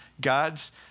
gods